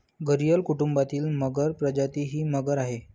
घरियल कुटुंबातील मगर प्रजाती ही मगर आहे